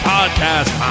Podcast